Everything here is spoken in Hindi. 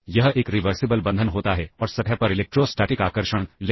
जब भी प्रोसेसर काम करता है तब हमें एक RET इंस्ट्रक्शन मिलता है